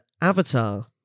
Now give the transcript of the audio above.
Avatar